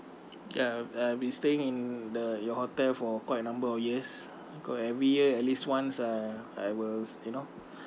ya I've been staying in the your hotel for quite a number of years because every year at least once uh I will you know